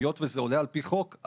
היות וזה עולה על פי חוק,